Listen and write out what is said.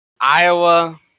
Iowa